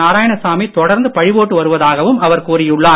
நாராயணசாமி தொடர்ந்து பழிபோட்டு வருவதாகவும் அவர் கூறியுள்ளார்